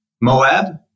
Moab